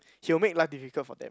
he will make life difficult for them